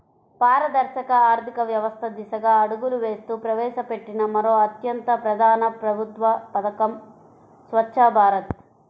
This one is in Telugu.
పారదర్శక ఆర్థిక వ్యవస్థ దిశగా అడుగులు వేస్తూ ప్రవేశపెట్టిన మరో అత్యంత ప్రధాన ప్రభుత్వ పథకం స్వఛ్చ భారత్